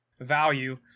value